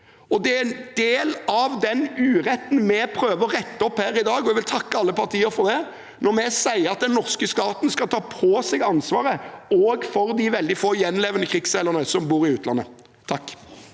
og det er en del av den uretten vi prøver å rette opp i her i dag – og jeg vil takke alle partier for det – når vi sier at den norske staten skal ta på seg ansvaret også for de veldig få gjenlevende krigsseilerne som bor i utlandet.